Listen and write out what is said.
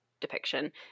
depiction